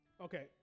Okay